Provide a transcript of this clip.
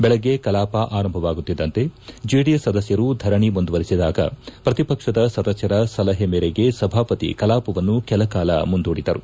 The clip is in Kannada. ಬೆಳಗ್ಗೆ ಕಲಾಪ ಆರಂಭವಾಗುತ್ತಿದ್ದಂತೆ ಜೆಡಿಎಸ್ ಸದಸ್ಕರು ಧರಣೆ ಮುಂದುವರೆಸಿದಾಗ ಪ್ರತಿಪಕ್ಷದ ಸದಸ್ಕರ ಸಲಹೆ ಮೇರೆಗೆ ಸಭಾಪತಿ ಕಲಾಪವನ್ನು ಕೆಲ ಕಾಲ ಮುಂದೂಡಿದರು